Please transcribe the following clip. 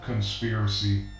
Conspiracy